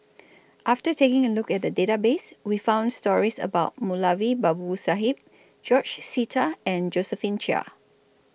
after taking A Look At The Database We found stories about Moulavi Babu Sahib George Sita and Josephine Chia